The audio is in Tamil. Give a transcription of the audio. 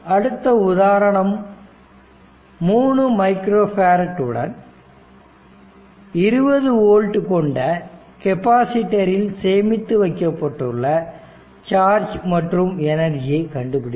அடுத்த உதாரணம் 3 மைக்ரோ ஃபேரட் உடன் 20 வோல்ட் கொண்ட கெபாசிட்டரில் சேமித்து வைக்கப்பட்டுள்ள சார்ஜ் மற்றும் எனர்ஜியை கண்டுபிடிக்கவும்